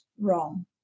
wrong